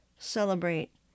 Celebrate